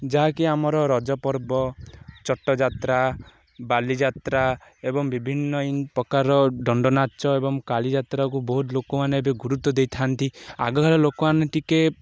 ଯାହାକି ଆମର ରଜପର୍ବ ଚଟଯାତ୍ରା ବାଲିଯାତ୍ରା ଏବଂ ବିଭିନ୍ନ ପ୍ରକାରର ଦଣ୍ଡନାଚ ଏବଂ କାଳିଯାତ୍ରାକୁ ବହୁତ ଲୋକମାନେ ଏବେ ଗୁରୁତ୍ୱ ଦେଇଥାନ୍ତି ଆଗର ଲୋକମାନେ ଟିକେ